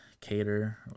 cater